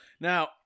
Now